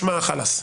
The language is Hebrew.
חלאס,